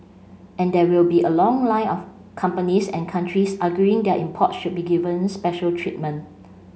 and there will be a long line of companies and countries arguing their imports should be given special treatment